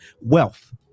wealth